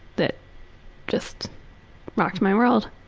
that just rocked my world.